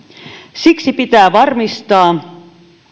siksi pitää varmistaa